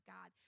God